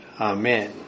Amen